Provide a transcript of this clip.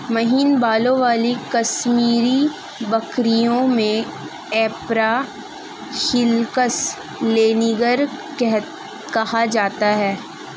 महीन बालों वाली कश्मीरी बकरियों को कैपरा हिरकस लैनिगर कहा जाता है